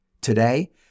Today